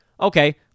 Okay